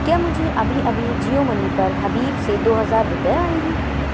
کیا مجھے ابھی ابھی جیو منی پر حبیب سے دو ہزار روپے آئے ہیں